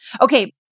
Okay